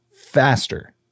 faster